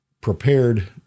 prepared